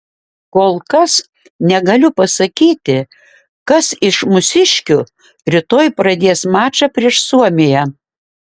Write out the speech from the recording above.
kol kas negaliu pasakyti kas iš mūsiškių rytoj pradės mačą prieš suomiją